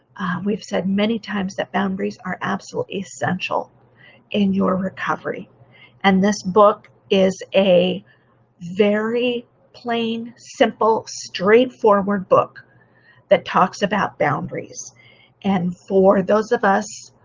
we've said many times that boundaries are absolutely essential in your recovery and this book is a very plain, simple, straightforward book that talks about boundaries and for those of us,